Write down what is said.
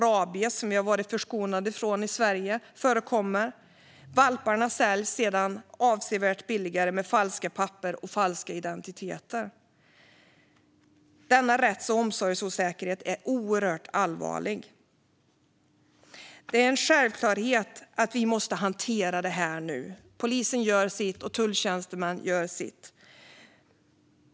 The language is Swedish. Rabies, som vi har varit förskonade från i Sverige, förekommer. Valparna säljs sedan avsevärt billigare, med falska papper och falska identiteter. Denna rätts och omsorgsosäkerhet är oerhört allvarlig. Det är självklart att vi måste hantera det här nu. Polisen gör sitt, och tulltjänstemän gör sitt.